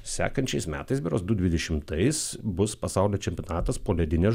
sekančiais metais berods du dvidešimtais bus pasaulio čempionatas poledinės